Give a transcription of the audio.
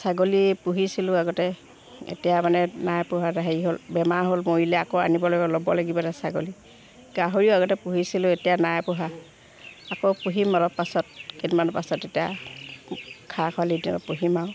ছাগলী পুহিছিলোঁ আগতে এতিয়া মানে নাই পোহা এ হেৰি হ'ল বেমাৰ হ'ল মৰিলে আকৌ আনিব ল ল'ব লাগিব ছাগলী গাহৰিও আগতে পুহিছিলো এতিয়া নাই পোহা আকৌ পুহিম অলপ পাছত কেইদিনমান পাছত এতিয়া খাহ খৰালিত পুহিম আৰু